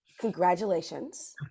congratulations